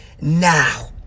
now